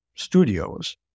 studios